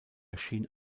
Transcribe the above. erschien